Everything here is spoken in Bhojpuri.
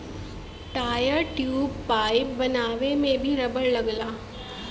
टायर, ट्यूब, पाइप बनावे में भी रबड़ लगला